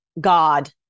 god